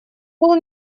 был